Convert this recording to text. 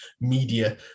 media